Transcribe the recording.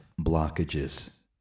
blockages